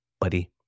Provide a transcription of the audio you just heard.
buddy